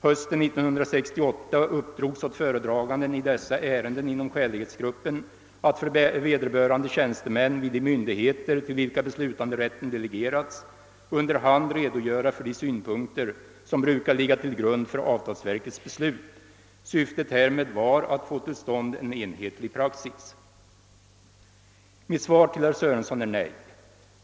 Hösten 1968 uppdrogs åt föredraganden i dessa ärenden inom skälighetsgruppen att för vederbörande tjänstemän vid de myndigheter till vilka beslutanderätten delegerats under hand redogöra för de synpunkter som brukar ligga till grund för avtalsverkets beslut. Syftet härmed var att få till stånd en enhetlig praxis. Mitt svar till herr Sörenson är nej.